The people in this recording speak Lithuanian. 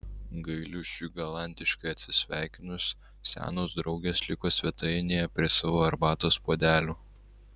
gailiušiui galantiškai atsisveikinus senos draugės liko svetainėje prie savo arbatos puodelių